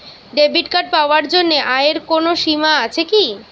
Debit card পাওয়ার জন্য আয়ের কোনো সীমা আছে কি?